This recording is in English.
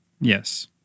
Yes